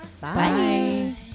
Bye